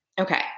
Okay